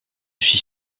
suis